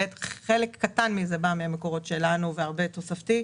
וב', חלק קטן מזה בא מהמקורות שלנו, הרבה תוספתי.